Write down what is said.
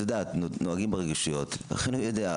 נוהגים ברגישויות, לכן הוא יודע.